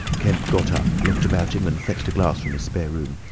kemp got up, looked about him, and fetched a glass from his spare room.